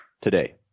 today